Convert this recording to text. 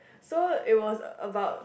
so it was about